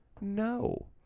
No